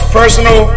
personal